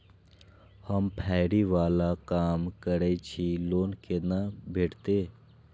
हम फैरी बाला काम करै छी लोन कैना भेटते?